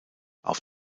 auf